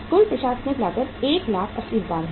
कुल प्रशासनिक लागत 180000 है